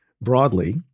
broadly